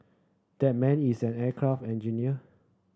that man is an aircraft engineer